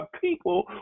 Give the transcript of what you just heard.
people